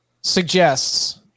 suggests